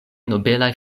nobelaj